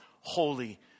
Holy